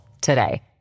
today